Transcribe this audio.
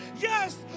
Yes